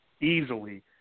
easily